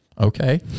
okay